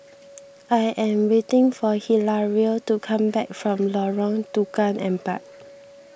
I am waiting for Hilario to come back from Lorong Tukang Empat